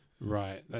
right